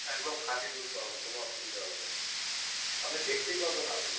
একদম খাঁটি দুধ পাবেন কোনো অসুবিধা হবে না আপনি দেখতেই পাবেন আসলে